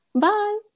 Bye